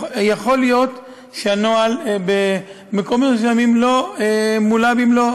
יכול להיות שהנוהל במקומות מסוימים לא מולא במלואו.